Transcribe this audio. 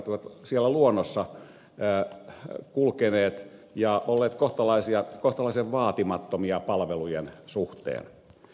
ovat siellä luonnossa kulkeneet ja olleet kohtalaisen vaatimattomia palvelujen suhteen